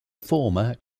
former